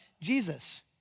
Jesus